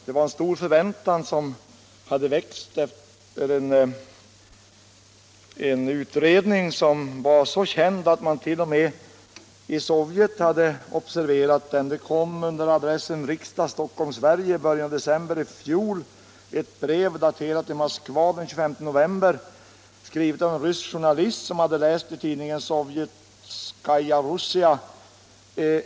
Det var en stor förväntan som hade växt genom den utredning som var så känd, att den t.o.m. hade observerats i Sovjet — det kom under adressen Riksdagen, Stockholm, Sverige, i början av december i fjol ett brev, daterat i Moskva den 25 november och skrivet av en rysk journalist som hade läst en artikel i tidningen Sovjetskaja Rossija.